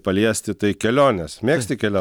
paliesti tai kelionės mėgsti kelio